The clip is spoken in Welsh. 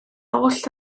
oll